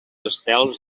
estels